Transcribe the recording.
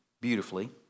beautifully